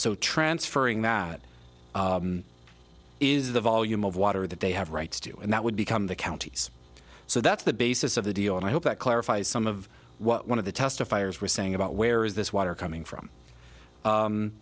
so transferring that is the volume of water that they have rights to and that would become the county's so that's the basis of the deal and i hope that clarifies some of what one of the testifiers were saying about where is this water coming from